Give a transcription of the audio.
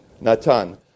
Natan